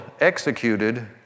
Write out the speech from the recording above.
executed